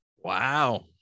Wow